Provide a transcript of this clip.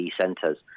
centres